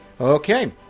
Okay